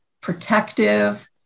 protective